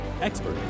expert